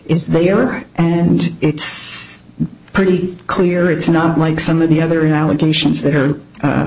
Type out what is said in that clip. is they are and it's pretty clear it's not like some of the other allegations that are a